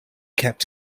kept